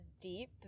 deep